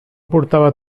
portava